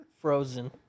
Frozen